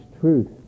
truth